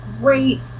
great